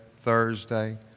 Thursday